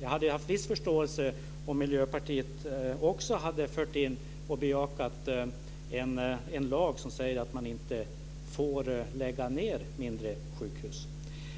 Jag hade haft en viss förståelse om Miljöpartiet också hade bejakat en lag om att man inte får lägga ned mindre sjukhus.